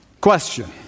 Question